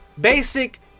Basic